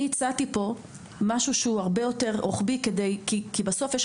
אני הצעתי פה משהו הרבה יותר רוחבי כי בסוף יש